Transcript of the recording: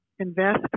invest